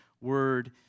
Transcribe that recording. word